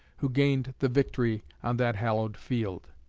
who gained the victory on that hallowed field.